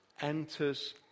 enters